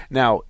now